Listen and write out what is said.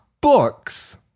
books